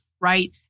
right